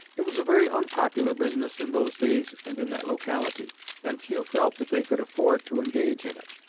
it was a very unpopular business in those days and in that locality and few felt that they could afford to engage in it.